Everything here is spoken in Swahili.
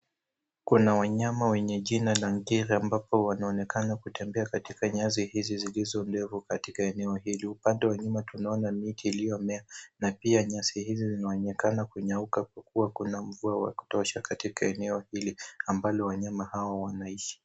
Kuna wanyama wenye jina la ngiri ambapo wanaonekana wakitembea katika nyasi hizi zilizo ndefu katika eneo hili. Upande wa nyuma tunaona miti iliyomea na pia nyasi hizo zinaonekana kunyauka kwa kuwa kuna mvua wa kutosha katika eneo hili ambalo wanyama hawa wanaishi.